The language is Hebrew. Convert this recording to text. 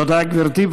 תודה, גברתי.